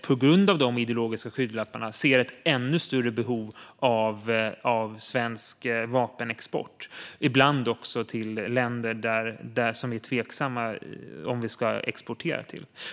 På grund av dessa ideologiska skygglappar ser de ett ännu större behov av svensk vapenexport, ibland också till länder som det är tveksamt om Sverige ska exportera till.